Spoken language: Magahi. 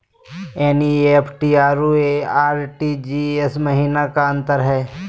एन.ई.एफ.टी अरु आर.टी.जी.एस महिना का अंतर हई?